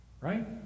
Right